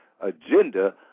agenda